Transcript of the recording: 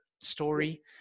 story